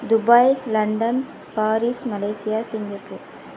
Dubai London Paris Malaysia Singapore